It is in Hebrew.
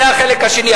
זה החלק השני.